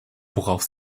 worauf